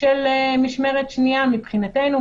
של משמרת שנייה מבחינתנו,